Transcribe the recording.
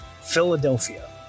Philadelphia